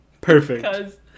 Perfect